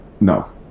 No